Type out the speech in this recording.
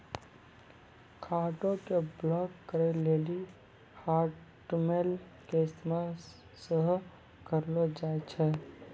कार्डो के ब्लाक करे लेली हाटमेल के इस्तेमाल सेहो करलो जाय छै